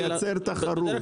לייצר תחרות.